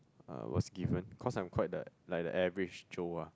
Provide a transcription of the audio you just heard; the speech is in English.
uh was given cause I'm quite the like the average Joe ah